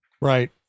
Right